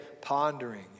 pondering